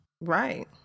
Right